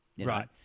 Right